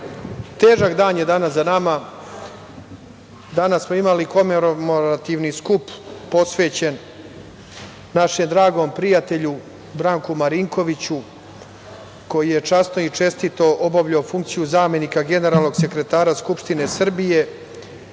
težak dan je danas za nama, danas smo imali komemorativni skup posvećen našem dragom prijatelju, Branku Marinkoviću koji je časno i čestito obavljao funkciju zamenika generalnog sekretara Skupštine Srbije.